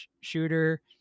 shooter